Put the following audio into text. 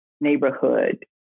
neighborhood